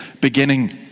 beginning